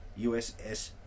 USS